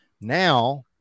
now